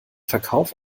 verkauf